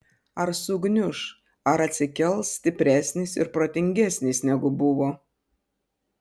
ar sugniuš ar atsikels stipresnis ir protingesnis negu buvo